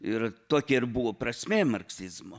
ir tokia ir buvo prasmė marksizmo